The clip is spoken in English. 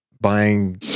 Buying